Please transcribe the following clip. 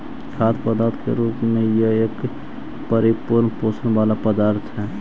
खाद्य पदार्थ के रूप में यह एक परिपूर्ण पोषण वाला पदार्थ हई